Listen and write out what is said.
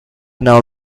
now